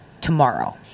tomorrow